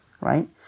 right